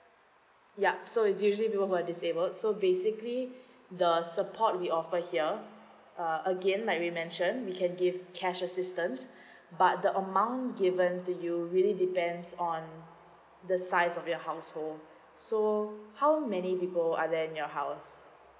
yup so is usually people who are disabled so basically the support we offer here uh again like we mention we can give cash assistance but the amount given to you really depends on the size of your household so how many people are there in your house